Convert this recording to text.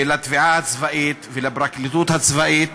לתביעה הצבאית ולפרקליטות הצבאית